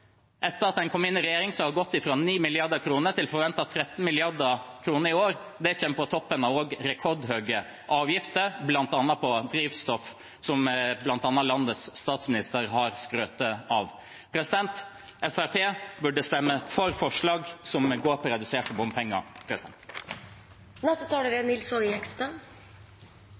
Etter at en kom inn i regjering, har en gått fra 9 mrd. kr til forventede 13 mrd. kr i år, og det kommer på toppen av rekordhøye avgifter, bl.a. på drivstoff, som bl.a. landets statsminister har skrytt av. Fremskrittspartiet burde stemme for forslag som går på reduserte bompenger.